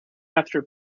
after